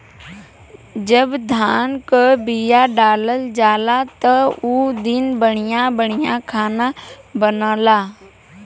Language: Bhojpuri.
जब धान क बिया डालल जाला त उ दिन बढ़िया बढ़िया खाना बनला